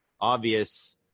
obvious